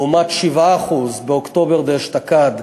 לעומת 7% באוקטובר אשתקד.